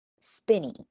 spinny